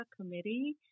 Committee